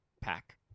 pack